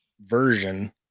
version